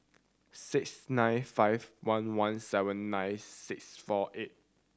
six nine five one one seven nine six four eight